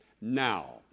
now